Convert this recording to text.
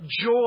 joy